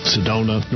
Sedona